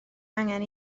angen